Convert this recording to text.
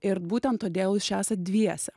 ir būtent todėl jūs esat dviese